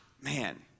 Man